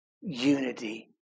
unity